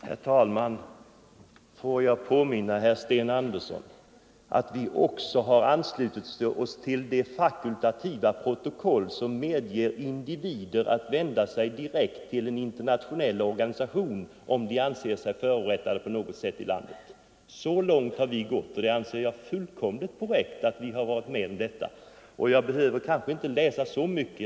Herr talman! Får jag påminna herr Sten Andersson i Stockholm om att vi också har anslutit oss till det fakultativa protokoll som medger individer att vända sig direkt till en internationell organisation, om de på något sätt anser sig förorättade. Så långt har vi gått, och jag tycker att det är fullkomligt korrekt att vi har varit med om detta. Jag behöver kanske inte läsa på konventionerna så mycket.